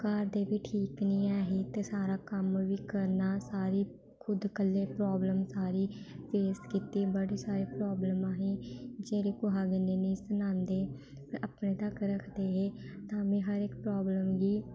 घर दे बी ठीक निं ऐ ही ते सारा कम्म बी करना सारी खुद कल्ले प्रॉब्लम सारी फेस कीती बड़ी सारी प्राब्लमां अहें जेह्ड़ीे कुसै कन्नै नेईं सनांदे अपने तक रखदे हे ताम्मीं हर इक प्राब्लम गी